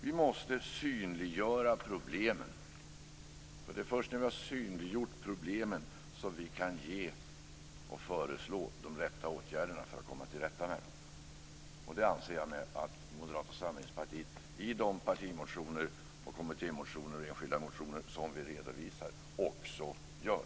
Vi måste synliggöra problemen, och det är först när vi har gjort det som vi kan föreslå och genomföra de rätta åtgärderna för att lösa dem. Jag anser att det är vad Moderata samlingspartiet gör i de partimotioner, kommittémotioner och enskilda motioner som vi redovisar.